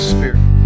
Spirit